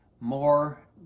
more